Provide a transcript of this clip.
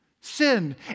sin